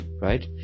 right